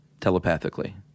telepathically